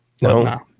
No